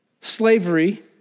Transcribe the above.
slavery